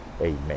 Amen